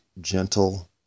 gentle